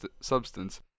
substance